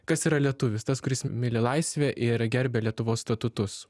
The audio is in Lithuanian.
kas yra lietuvis tas kuris myli laisvę ir gerbia lietuvos statutus